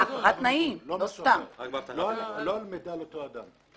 רק על אבטחה ומיגון, לא על מידע על אותו אדם.